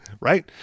right